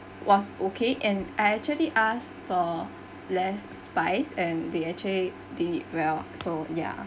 was okay and I actually ask for less spice and they actually did well so ya